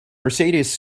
mercedes